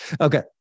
Okay